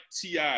Ti